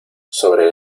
sobre